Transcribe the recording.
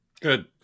Good